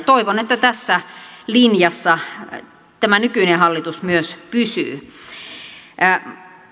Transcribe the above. toivon että tässä linjassa tämä nykyinen hallitus myös pysyy